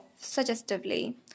suggestively